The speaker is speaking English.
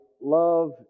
love